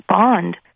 bond